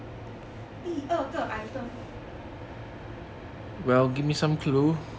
第二个 item